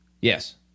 Yes